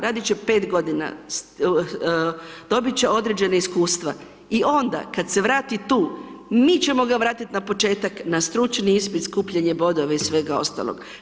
Radit će 5 g., dobit će određena iskustva i onda kad se vrati tu, mi ćemo ga vratiti na početak, na stručni ispit, skupljanje bodova i svega ostalog.